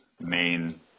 main